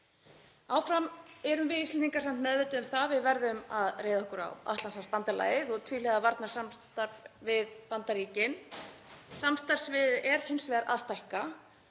Áfram erum við Íslendingar samt meðvituð um það að við verðum að reiða okkur á Atlantshafsbandalagið og tvíhliða varnarsamstarf við Bandaríkin. Samstarfið er hins vegar að stækka.